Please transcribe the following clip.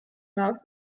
mars